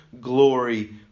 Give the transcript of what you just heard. glory